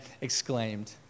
exclaimed